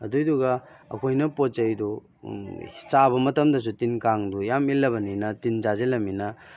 ꯑꯗꯨꯏꯗꯨꯒ ꯑꯩꯈꯣꯏꯅ ꯄꯣꯠ ꯆꯩꯗꯨ ꯆꯥꯕ ꯃꯇꯝꯗꯁꯨ ꯇꯤꯟ ꯀꯥꯡꯗꯨ ꯌꯥꯝ ꯏꯜꯂꯕꯅꯤꯅ ꯇꯤꯟ ꯆꯥꯁꯤꯜꯂꯝꯅꯤꯅ